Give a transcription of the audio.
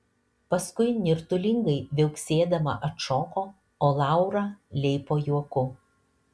paskui nirtulingai viauksėdama atšoko o laura leipo juoku